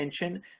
attention